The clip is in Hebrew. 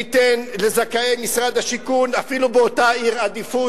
ניתן לזכאי משרד השיכון אפילו באותה עיר עדיפות,